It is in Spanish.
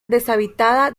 deshabitada